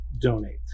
donate